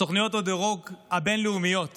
סוכנויות הדירוג הבין-לאומיות